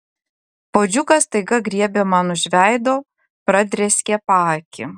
puodžiukas staiga griebė man už veido pradrėskė paakį